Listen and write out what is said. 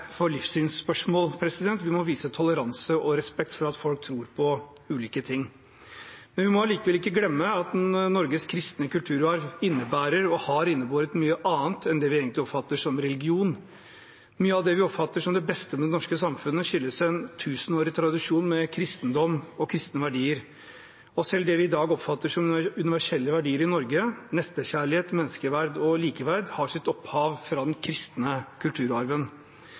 for livssynsspørsmål; vi må vise toleranse og respekt for at folk tror på ulike ting. Men vi må allikevel ikke glemme at Norges kristne kulturarv innebærer og har innebåret mye annet enn det vi egentlig oppfatter som religion. Mye av det vi oppfatter som det beste ved det norske samfunnet, skyldes en tusenårig tradisjon med kristendom og kristne verdier. Selv det vi i dag oppfatter som universelle verdier i Norge – nestekjærlighet, menneskeverd og likeverd – har sitt opphav i den kristne kulturarven.